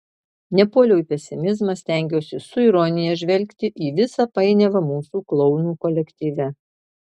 nepuoliau į pesimizmą stengiausi su ironija žvelgti į visą painiavą mūsų klounų kolektyve